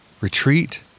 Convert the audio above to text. Retreat